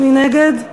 מי נגד?